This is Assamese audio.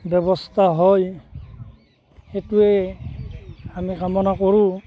ব্যৱস্থা হয় সেইটোৱে আমি কামনা কৰোঁ